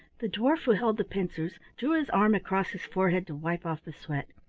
the dwarf who held the pincers drew his arm across his forehead to wipe off the sweat.